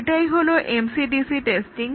এটাই হলো MCDC testing